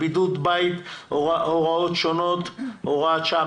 (בידוד בית והוראות שונות) (הוראת שעה).